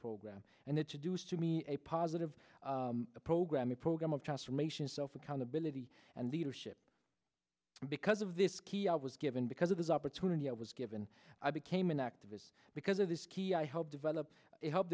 program and introduce to me a positive program a program of transformation self accountability and leadership because of this key i was given because of this opportunity i was given i became an activist because of this key i helped develop